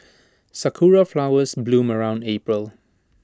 Sakura Flowers bloom around April